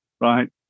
right